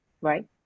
right